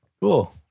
Cool